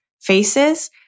faces